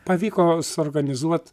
pavyko suorganizuot